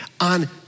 on